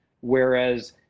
whereas